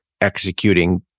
executing